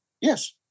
Yes